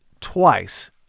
twice